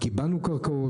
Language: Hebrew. קיבלנו קרקעות,